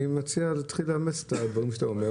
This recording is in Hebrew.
אני מציע להתחיל לאמץ את הדברים שאתה אומר,